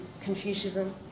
Confucianism